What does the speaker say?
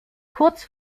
kurz